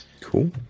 Cool